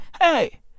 hey